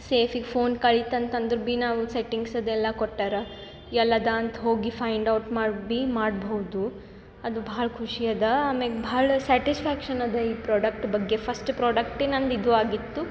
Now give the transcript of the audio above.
ಸೇಫ್ಗೆ phone ಕಳಿತು ಅಂತಂದ್ರೆ ಬಿ ನಾವು ಸೆಟ್ಟಿಂಗ್ಸ್ ಅದು ಎಲ್ಲಾ ಕೊಟ್ಟಾರೆ ಎಲ್ಲದಾಂತ ಹೋಗಿ ಫೈಂಡ್ ಔಟ್ ಮಾಡು ಬಿ ಮಾಡ್ಬೋದು ಅದು ಭಾಳ ಖುಷಿ ಅದ ಅಮ್ಯಾಗೆ ಭಾಳ ಸ್ಯಾಟಿಸ್ಫ್ಯಾಕ್ಷನ್ ಅದ ಈ ಪ್ರಾಡಕ್ಟ್ ಬಗ್ಗೆ ಫಸ್ಟ್ ಪ್ರಾಡಕ್ಟೆ ನಂದು ಇದು ಆಗಿತ್ತು